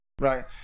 right